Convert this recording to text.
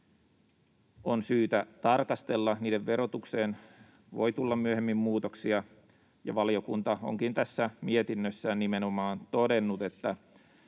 on syytä tarkastella. Niiden verotukseen voi tulla myöhemmin muutoksia. Valiokunta onkin tässä mietinnössään nimenomaan todennut, että